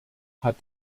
hat